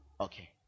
Okay